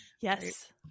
Yes